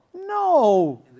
No